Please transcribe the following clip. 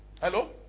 Hello